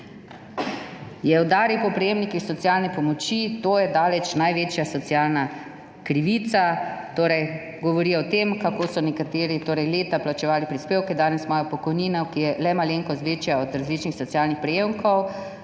je po prejemnikih socialne pomoči: to je daleč največja socialna krivica. Govori o tem, kako so nekateri torej leta plačevali prispevke, danes imajo pokojnino, ki je le malenkost večja od različnih socialnih prejemkov,